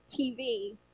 TV